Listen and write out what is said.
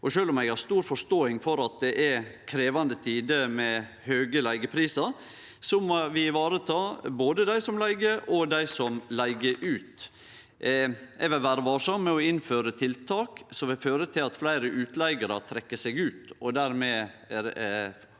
Sjølv om eg har stor forståing for at det er krevjande tider med høge leigeprisar, må vi vareta både dei som leiger, og dei som leiger ut. Eg vil vere varsam med å innføre tiltak som vil føre til at fleire utleigarar trekkjer seg ut, og at